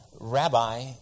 Rabbi